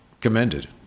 commended